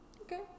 Okay